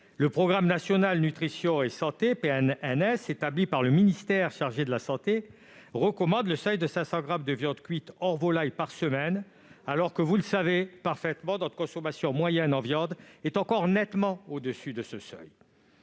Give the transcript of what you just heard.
Le programme national nutrition santé, le PNNS, établi par le ministère chargé de la santé, recommande le seuil de 500 grammes de viande cuite hors volailles par semaine, alors que, vous le savez parfaitement, notre consommation moyenne en viande est encore nettement au-dessus de ce seuil.